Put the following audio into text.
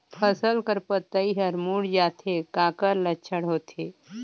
फसल कर पतइ हर मुड़ जाथे काकर लक्षण होथे?